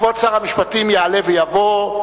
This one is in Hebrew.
כבוד שר המשפטים יעלה ויבוא,